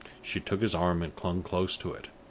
she took his arm and clung close to it.